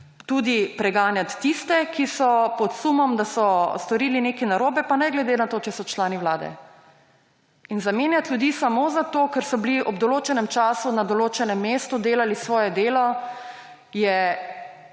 ne preganjati – tudi tiste, ki so pod sumom, da so storili nekaj narobe, pa ne glede na to, če so člani vlade. In zamenjati ljudi samo zato, ker so bili ob določenem času na določenem mestu, delali svoje delo, je